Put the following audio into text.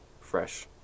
fresh